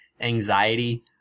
anxiety